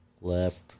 left